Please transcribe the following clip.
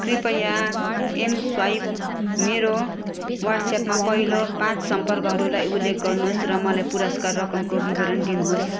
कृपया एमस्वाइप मेरो व्हाट्सएप्पमा पैलो पाँच सम्पर्कहरूलाई उल्लेख गर्नुहोस् र मलाई पुरस्कार रकमको विवरण दिनुहोस्